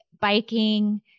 biking